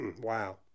Wow